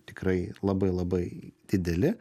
tikrai labai labai dideli